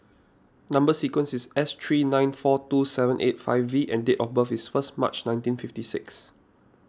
Number Sequence is S three nine four two seven eight five V and date of birth is first March nineteen fifty six